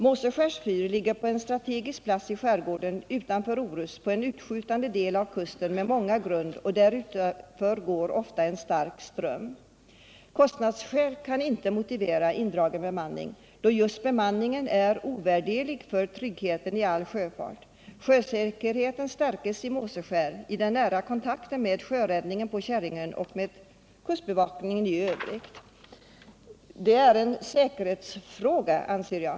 Måseskärs fyr ligger på en strategisk plats i skärgården utanför Orust, på en utskjutande del av kusten med många grund, och där utanför går ofta en stark ström. Kostnadsskäl kan inte åberopas för en indragen bemanning, då just bemanningen är ovärderlig för tryggheten i all sjöfart. Sjösäkerheten stärkes genom Måseskär i den nära kontakten med sjöräddningen på Käringön och med kustbevakningen i övrigt. Detta är en säkerhetsfråga, anser jag.